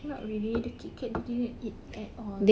not really the KitKat they didn't eat at all